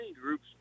groups